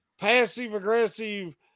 passive-aggressive